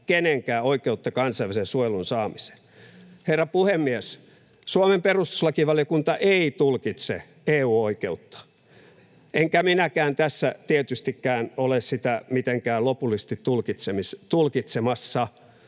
kenenkään oikeutta kansainvälisen suojelun saamiseen.” Herra puhemies! Suomen perustuslakivaliokunta ei tulkitse EU-oikeutta, enkä minäkään tässä tietystikään ole sitä mitenkään lopullisesti tulkitsemassa,